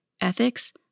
ethics